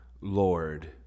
Lord